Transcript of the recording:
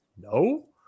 no